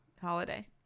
holiday